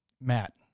Matt